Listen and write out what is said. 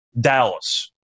Dallas